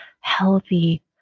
healthy